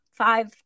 five